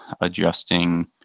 adjusting